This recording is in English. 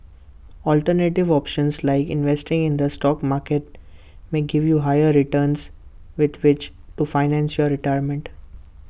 alternative options like investing in the stock market may give you higher returns with which to financial your retirement